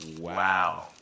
Wow